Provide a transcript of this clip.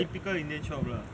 typical indian shop lah oh